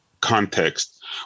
context